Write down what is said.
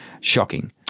Shocking